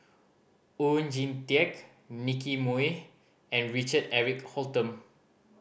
Oon Jin Teik Nicky Moey and Richard Eric Holttum